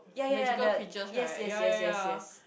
magical creatures right ya ya ya